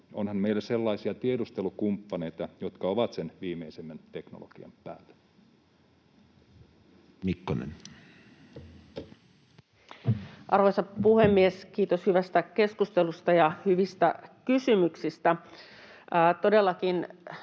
onhan meillä sellaisia tiedustelukumppaneita, jotka ovat sen viimeisimmän teknologian päällä? Mikkonen. Arvoisa puhemies! Kiitos hyvästä keskustelusta ja hyvistä kysymyksistä. Todellakin